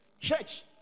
Church